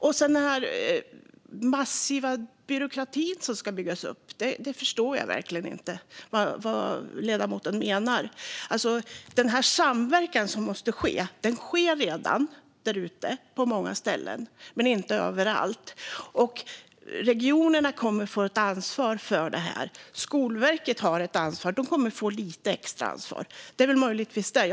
Jag förstår verkligen inte vad ledamoten menar med den här massiva byråkratin som ska byggas upp. Den samverkan som måste ske, den sker redan på många ställen men inte överallt. Regionerna kommer att få ett ansvar för det här. Skolverket har ett ansvar. Det kommer att få lite extra ansvar. Det är väl möjligtvis det.